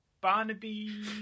Barnaby